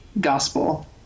gospel